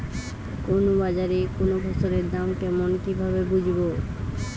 কোন বাজারে কোন ফসলের দাম কেমন কি ভাবে বুঝব?